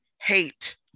hate